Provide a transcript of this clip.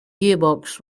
gearbox